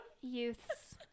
Youths